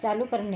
चालू करणे